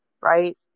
right